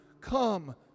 Come